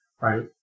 right